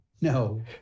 no